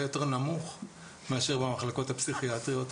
יותר נמוך מאשר במחלקות הפסיכיאטריות,